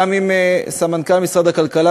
גם עם סמנכ"ל משרד הכלכלה,